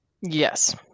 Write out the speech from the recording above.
Yes